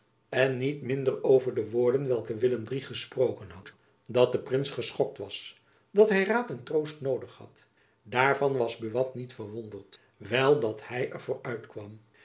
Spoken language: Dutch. en niet minder over de woorden welke willem iii gesproken had dat de prins geschokt was dat hy raad en troost noodig had daarvan was buat niet verwonderd wel dat hy er voor uitkwam